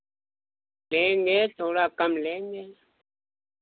लेंगे थोड़ा कम लेंगे